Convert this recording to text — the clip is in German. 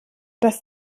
das